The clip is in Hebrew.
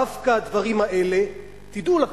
דווקא הדברים האלה, תדעו לכם,